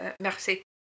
Merci